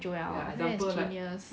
joel that's genius